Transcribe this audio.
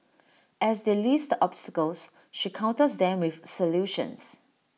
as they list obstacles she counters them with solutions